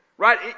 Right